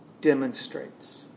Demonstrates